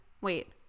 wait